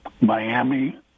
Miami –